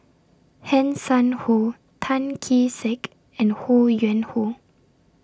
Hanson Ho Tan Kee Sek and Ho Yuen Hoe